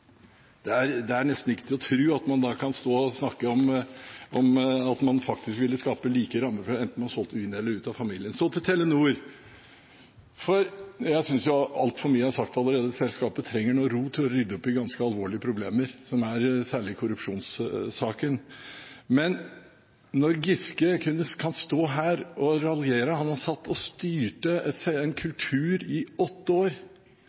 Det er nesten ikke til å tro at man da kan stå her og snakke om at man faktisk ville skape like rammer enten man solgte innad i familien eller ut av familien. Så til Telenor: Jeg synes jo altfor mye er sagt allerede, selskapet trenger nå ro til å rydde opp i ganske alvorlige problemer, særlig i korrupsjonssaken. Men når representanten Giske kan stå her og raljere – han satt og styrte en kultur i åtte år